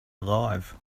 alive